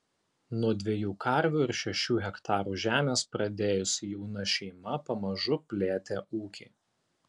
nuo dviejų karvių ir šešių hektarų žemės pradėjusi jauna šeima pamažu plėtė ūkį